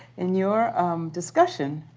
in your discussion,